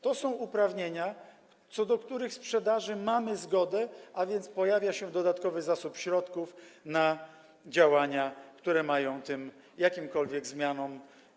To są uprawnienia, co do których sprzedaży mamy zgodę, a więc pojawia się dodatkowy zasób środków na działania, które mają zapobiegać jakimkolwiek zmianom.